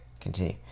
continue